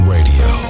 Radio